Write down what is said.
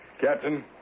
Captain